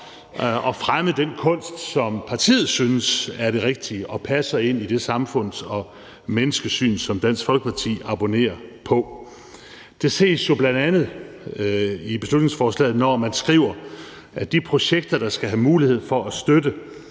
at fremme den kunst, som partiet synes er den rigtige og passer ind i det samfunds- og menneskesyn, som Dansk Folkeparti abonnerer på. Det ses bl.a. i beslutningsforslaget, når man skriver, at de projekter, der skal have mulighed for at få støtte,